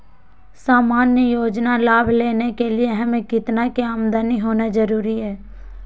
सामान्य योजना लाभ लेने के लिए हमें कितना के आमदनी होना जरूरी है?